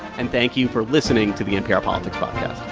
and thank you for listening to the npr politics podcast